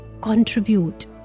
Contribute